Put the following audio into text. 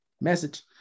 Message